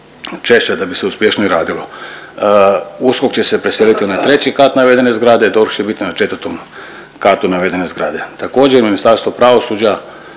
češća da bi se uspješnije radilo. USKOK će se preseliti na treći kat navedene zgrade, DORH će biti na 4 katu navedene zgrade. Također Ministarstvo pravosuđa